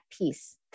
peace